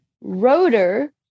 Rotor